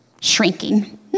shrinking